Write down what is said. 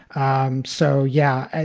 um so, yeah,